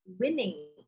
Winning